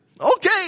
Okay